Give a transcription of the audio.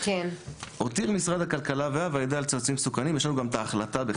התיר משרד הכלכלה והוועדה לצעצועים מסוכנים לתת